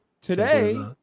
Today